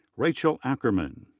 rachel ackerman.